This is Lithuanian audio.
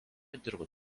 dirbo